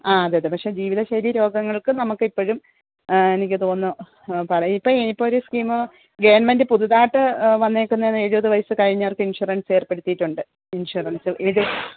ആ അതെ അതെ പക്ഷേ ജീവിതശൈലി രോഗങ്ങൾക്ക് നമുക്ക് ഇപ്പോഴും എനിക്ക് തോന്നുന്നു പറയ് ഇപ്പയീ ഇപ്പൊരു സ്കീമ് ഗവൺമെൻ്റ് പുതുതായിട്ട് വന്നേക്കുന്ന എഴുപത് വയസ്സ് കഴിഞ്ഞവർക്ക് ഇൻഷുറൻസ് ഏർപ്പെടുത്തീട്ടുണ്ട് ഇൻഷുറൻസ് ഏത്